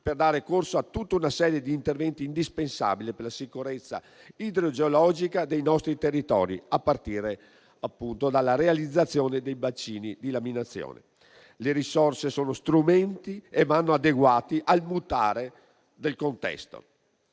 per dare corso a tutta una serie di interventi indispensabili per la sicurezza idrogeologica dei nostri territori, a partire dalla realizzazione dei bacini di laminazione. Le risorse sono strumenti che devono essere adeguati al mutare del contesto.